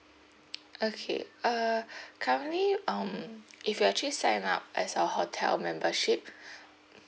okay uh currently um if you actually sign up as our hotel membership